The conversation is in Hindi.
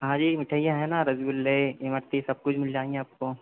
हाँ जी मिठाईयां हैं न रसगुल्ले इमरती सब कुछ मिल जाएगा आपको